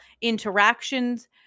interactions